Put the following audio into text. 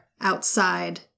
outside